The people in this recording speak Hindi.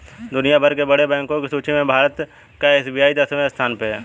दुनिया भर के बड़े बैंको की सूची में भारत का एस.बी.आई दसवें स्थान पर है